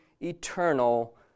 eternal